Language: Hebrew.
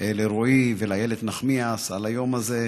לרועי ולאיילת נחמיאס על היום הזה.